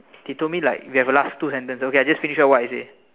they told me like with have last two sentence okay I just finish up what I say